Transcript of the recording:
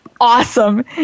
Awesome